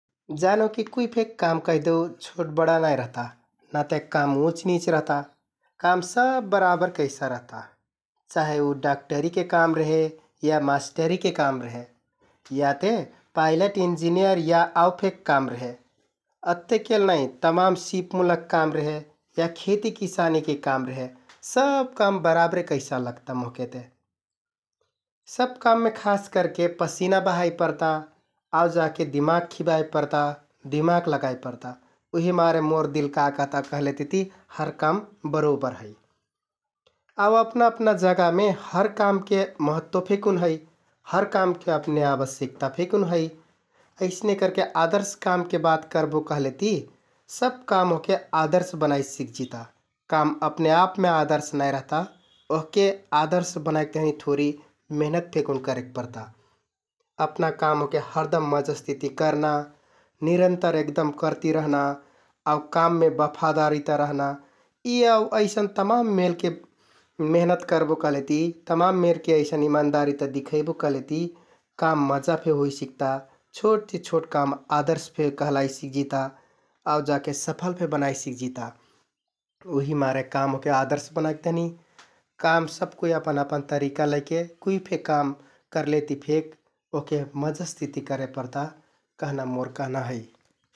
जानो कि कुइ फेक काम कैहदेउ छोट बडा नाइ रहता, नाते काम उँचनिच रहता, काम सब बराबर कैसा रहता । चाहे उ डाक्टरीके काम रेहे या मास्टरीके काम रेहे या ते पाइलट, इन्जिनियर या आउ फेक काम रेहे । अत्तेकेल नाइ तमान सिपमुलक काम रेहे या खेति किसानिके काम रेहे, सब काम बराबरे कैसा लगता मोहके ते । सब काममे खास करके पसिना बहाइ परता आउ जाके दिमाक खिबाइ परता, दिमाक लगाइ परता उहिमारे मोर दिल का कहता कहलेतिति हर काम बरोबर है आउ अपना अपना जगहमे हर कामके महत्व फेकुन है । हर कामके अपने आवश्यकता फेकुन है । अइसने करके आदर्श कामके बात करबो कहलेति सब काम ओहके आदर्श बनाइ सिकजिता । काम अपने आपमे आदर्श नाइ रहता ओहके आदर्श बनाइक तहनि थोरि मेहनत फेकुन करेक परता । अपना काम ओहके हरदम मजस तिति करना, निरन्तर एगदम करति रहना आउ काममे बफादारिता रहना । यि आउ अइसन तमान मेलके मेहनत करबो कहलेति तमान मेरके अइसन इमान्दारिता दिखैबो कहलेति काम मजा फे होइ सिकता । छोट ति छोट काम आदर्श फे कहलाइ सिकजिता आउ जाके सफल फे बनाइ सिकजिता । उहिमारे काम ओहके आदर्श बनाइक तहनि काम सबकुइ अपन अपन तरिका लैके कुइ फे काम करलेति फेक ओहके मजसतिति करे परता कहना मोर कहना है ।